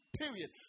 period